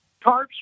tarps